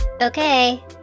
Okay